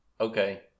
Okay